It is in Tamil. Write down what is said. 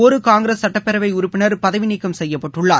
ஒரு காங்கிரஸ் சுட்டப்பேரவை உறுப்பினர் பதவி நீக்கம் செய்யப்பட்டுள்ளார்